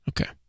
Okay